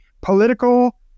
political